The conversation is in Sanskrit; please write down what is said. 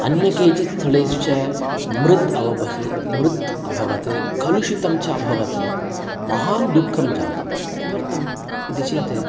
अन्ये केचित् स्थलेषु च मृद् अवभस् मूत् अभवत् कलुषितं च अभवत् महान् दुःखं जातं किमर्थम् इति चेत्